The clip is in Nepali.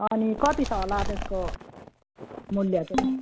अनि कति छ होला त्यसको मूल्य चाहिँ